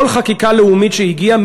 כל חקיקה לאומית שהגיעה,